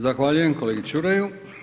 Zahvaljujem kolegi Čuraju.